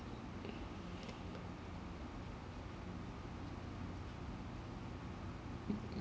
mm